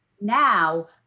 Now